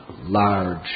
large